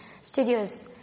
Studios